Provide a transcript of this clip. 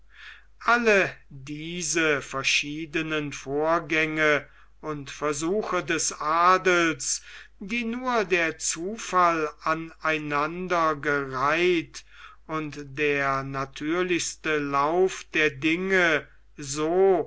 alle diese verschiedenen vorgänge und versuche des adels die nur der zufall an einander gereiht und der natürlichste lauf der dinge so